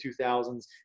2000s